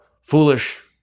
foolish